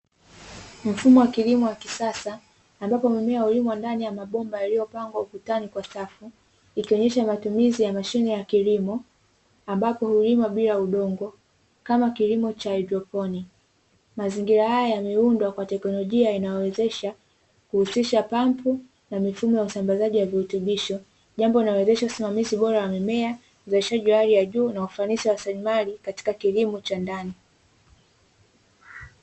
Mfumo wa kilimo wa kisasa ambapo mimea ulimwa ndani ya mabomba yaliyopangwa ukutani kwa safu ikionyesha matumizi ya mashine ya kilimo ambapo hulima bila udongo kama kilimo cha haidroponi. Mazingira haya yameundwa kwa teknolojia inayowezesha kuhusisha pampu na mifumo ya usambazaji wa virutubisho, jambo linawezesha usimamizi bora wa mimea uzalishaji wa hali ya juu na ufanisi wa rasilimali katika kilimo cha ndani.